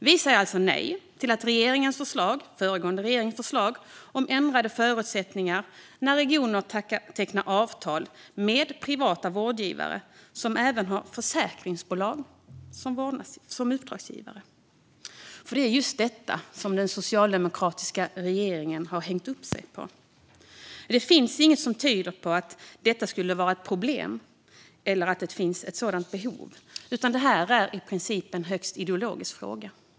Vi säger alltså nej till regeringens - den föregående regeringens - förslag om ändrade förutsättningar när regioner tecknar avtal med privata vårdgivare som även har försäkringsbolag som uppdragsgivare. Det är just detta som den socialdemokratiska regeringen har hängt upp sig på. Det finns inget som tyder på att detta skulle vara ett problem eller att det finns ett sådant behov, utan detta är i princip en högst ideologisk fråga.